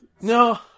No